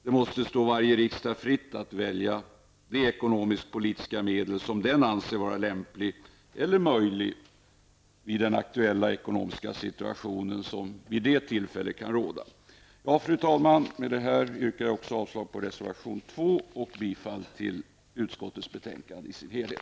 Det måste stå varje riksdag fritt att välja de ekonomisk-politiska medel som den anser vara lämplig eller möjlig vid den ekonomiska situation som kan råda vid det aktuella tillfället. Fru talman! Jag yrkar avslag på reservation 2 och bifall till utskottets hemställan.